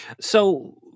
So-